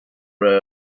road